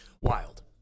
Wild